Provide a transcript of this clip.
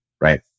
right